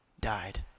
died